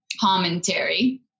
commentary